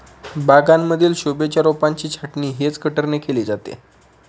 बागांमधील शोभेच्या रोपांची छाटणी हेज कटरने केली जाते